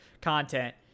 content